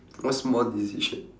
what small decision